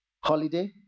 holiday